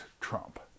Trump